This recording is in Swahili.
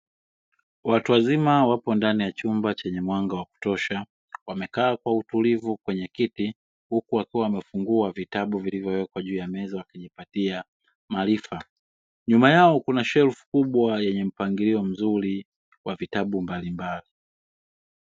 Watu wazima wapo ndani ya chumba chenye mwanga wa kutosha, wamekaa kwa utulivu kwenye kiti huku wakiwa wamefungua vitabu vilivowekwa juu ya meza. Wakijapatia maarifa, nyuma yao kuna shelfu kubwa yenye mpangilio mzuri wa vitabu mbalimbali.